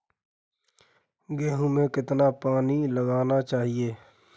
गेहूँ में कितना पानी लगाना चाहिए?